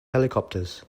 helicopters